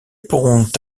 pourront